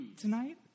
tonight